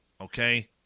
Okay